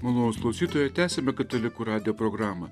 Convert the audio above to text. malonūs klausytojai tęsiame katalikų radijo programą